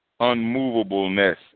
unmovableness